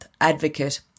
advocate